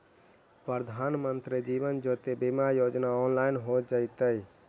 प्रधानमंत्री जीवन ज्योति बीमा योजना ऑनलाइन हो जइतइ